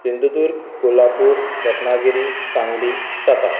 Sindhudurg Kolhapur Ratnagiri Sangli Satara